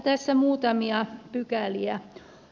tässä muutamia pykäliä